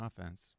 offense